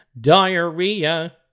Diarrhea